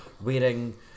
wearing